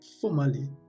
formally